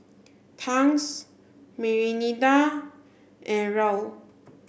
Tangs Mirinda and Raoul